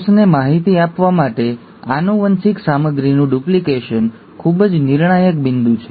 કોષને માહિતી આપવા માટે આનુવંશિક સામગ્રીનું ડુપ્લિકેશન ખૂબ જ નિર્ણાયક બિંદુ છે